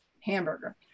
hamburger